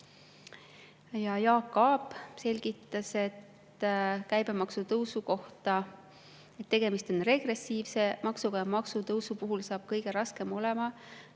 Jaak Aab selgitas käibemaksu tõusu kohta, et tegemist on regressiivse maksuga ja maksutõusu puhul saab kõige raskem olema